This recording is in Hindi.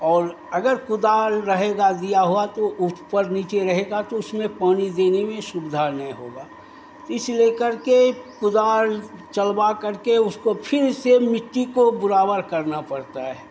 और अगर कुदाल रहेगा दिया हुआ तो ऊपर नीचे रहेगा तो उसमें पानी देने में सुविधा नहीं होगा तो इस लेकर के कुदाल चलवा करके उसको फिर से मिट्टी को बराबर करना पड़ता है